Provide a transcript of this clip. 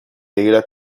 data